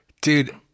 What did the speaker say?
Dude